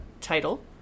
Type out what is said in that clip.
title